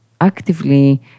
actively